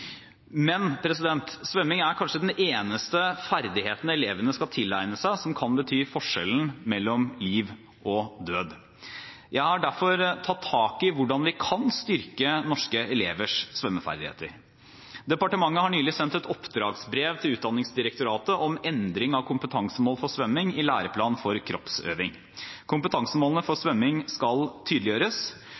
Men: Svømming er kanskje den eneste ferdigheten elevene skal tilegne seg som kan bety forskjellen mellom liv og død. Jeg har derfor tatt tak i hvordan vi kan styrke norske elevers svømmeferdigheter, og departementet har nylig sendt et oppdragsbrev til Utdanningsdirektoratet om endring av kompetansemål for svømming i læreplanen for kroppsøving. Kompetansemålene for svømming skal tydeliggjøres,